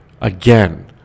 Again